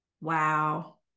Wow